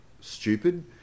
stupid